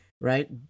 Right